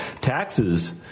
taxes